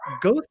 Go